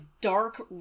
dark